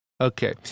Okay